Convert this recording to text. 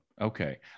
Okay